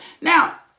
now